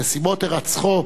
נסיבות הירצחו,